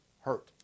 hurt